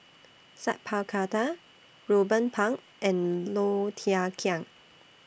Sat Pal Khattar Ruben Pang and Low Thia Khiang